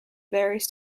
various